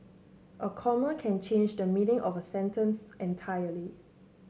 a comma can change the meaning of a sentence entirely